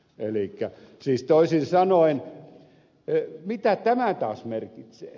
elikkä siis toisin sanoen mitä tämä taas merkitsee